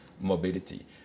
mobility